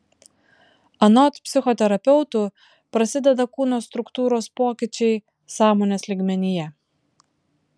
anot psichoterapeutų prasideda kūno struktūros pokyčiai sąmonės lygmenyje